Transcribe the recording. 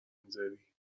میذاری